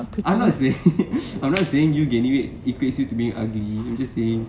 I'm not sayin~ I'm not saying you gaining weight equates you to be ugly I'm just saying